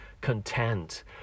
content